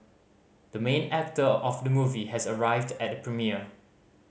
the main actor of the movie has arrived at the premiere